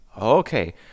Okay